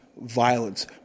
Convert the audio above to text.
violence